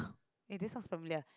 is this sound familiar